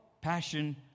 passion